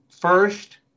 first